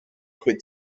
quit